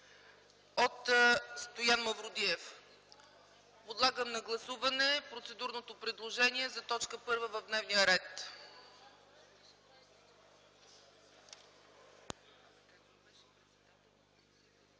от Стоян Мавродиев. Подлагам на гласуване процедурното предложение за т. 1 в дневния ред.